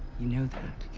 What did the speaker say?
you know that.